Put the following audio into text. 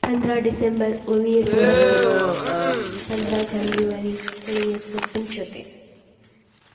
पंद्रहां डिसैम्बर उणिवीह सौ असी पंद्रहां जनवरी उणिवीह सौ पंजहतर